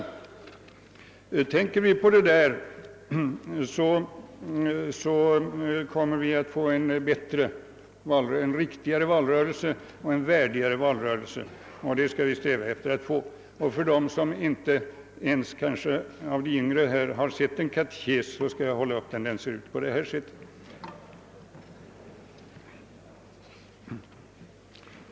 Iakttar vi dessa regler, kommer vi att få en bättre och värdigare valrörelse, och det är något som vi skall sträva efter. — Om någon av de yngre ledamöterna kanske inte ens sett en katekes, skall jag nu visa upp hur den ser ut.